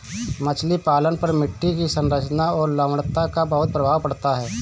मछली पालन पर मिट्टी की संरचना और लवणता का बहुत प्रभाव पड़ता है